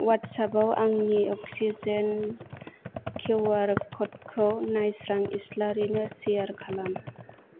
अवाट्सापआव आंनि oxygen QR कडखौ नायस्रां इस्लारिनो शियार खालाम